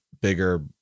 bigger